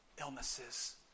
illnesses